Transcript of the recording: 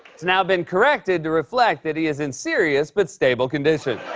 it's now been corrected to reflect that he is in serious but stable condition.